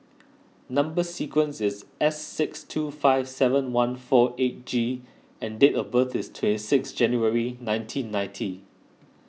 Number Sequence is S six two five seven one four eight G and date of birth is twenty six January nineteen ninety